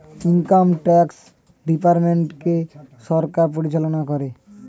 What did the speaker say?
income tax ডিপার্টমেন্টকে সরকার পরিচালনা করে